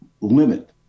limit